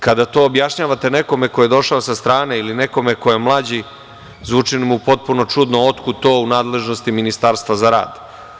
Kada to objašnjavate nekome ko je došao sa strane ili nekome ko je mlađi, zvuči mu potpuno čudno, otkud to u nadležnosti Ministarstva za rad.